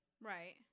right